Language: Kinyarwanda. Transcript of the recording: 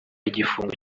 igifungo